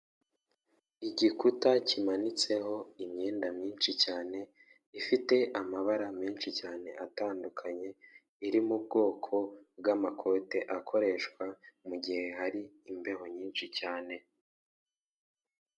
Igikuta kimanitseho imyenda myinshi cyane ifite amabara menshi cyane atandukanye, iri mu bwoko bw'amakote akoreshwa mu gihe hari imbeho nyinshi cyane.